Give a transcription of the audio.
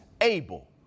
able